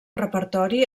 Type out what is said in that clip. repertori